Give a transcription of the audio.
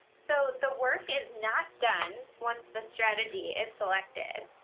so, the work is not done once the strategy is selected.